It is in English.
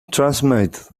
transmitted